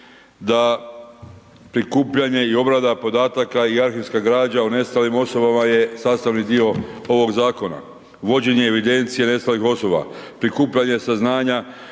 da prikupljanje i obrada podataka i arhivska građa o nestalim osobama je sastavni dio ovog zakona. Vođenje evidencije nestalih osoba, prikupljanje saznanja